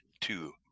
two